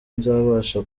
nzabasha